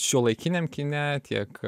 šiuolaikiniam kine tiek